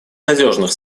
надежных